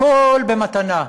הכול במתנה.